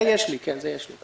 את זה יש לי.